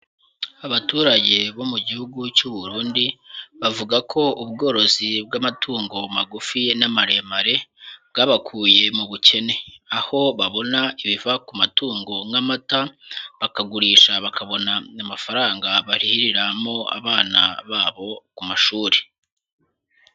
Abaturage bo mu gihugu cy'u Burundi, bavuga ko ubworozi bw'amatungo magufi n'amaremare bwabakuye mu bukene, aho babona ibiva ku matungo nk'amata, bakagurisha bakabona amafaranga barihiriramo abana babo ku mashuri.